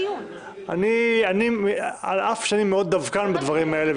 אז על אף שאני מאוד דווקן בדברים האלה,